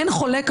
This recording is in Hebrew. אין חולק,